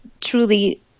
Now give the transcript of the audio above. truly